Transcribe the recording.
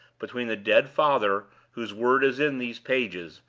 between the dead father, whose word is in these pages,